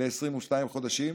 ל-22 חודשים,